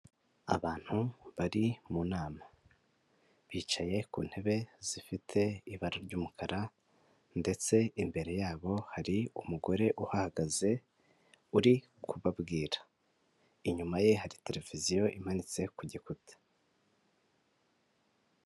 Abantu bari mu nama bicaye ku ntebe zifite ibara ry'umukara ndetse imbere yabo hari umugore uhahagaze uri kubabwira, inyuma ye hari televiziyo imanitse ku gikuta.